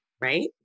Right